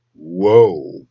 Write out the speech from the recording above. Whoa